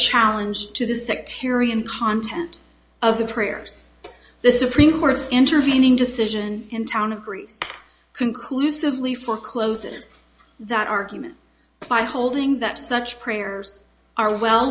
challenge to the sectarian content of the prayers the supreme court's intervening decision in town agrees conclusively forecloses that argument by holding that such prayers are well